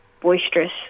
boisterous